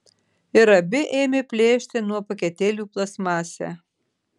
ir abi ėmė plėšti nuo paketėlių plastmasę